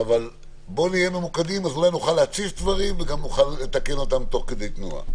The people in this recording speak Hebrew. נוכל להציף דברים וגם נוכל לתקן אותם תוך כדי תנועה.